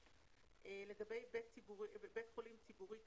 10(ב) לגבי בית חולים ציבורי כללי.